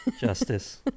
Justice